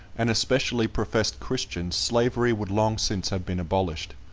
and especially professed christians, slavery would long since have been abolished.